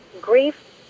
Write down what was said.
grief